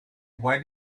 why